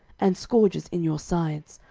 and scourges in your sides,